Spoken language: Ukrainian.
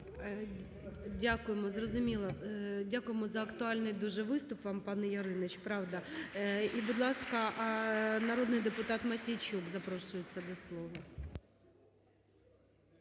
Дякуємо, зрозуміло. Дякуємо за актуальний дуже виступ вам пане Яриніч, правда. І, будь ласка, народний депутат Мосійчук запрошується до слова.